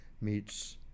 meets